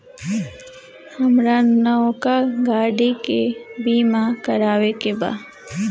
हामरा नवका गाड़ी के बीमा करावे के बा